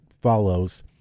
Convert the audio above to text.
follows